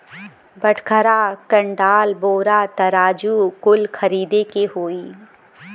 बटखरा, कंडाल, बोरा, तराजू कुल खरीदे के होई